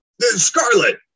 Scarlet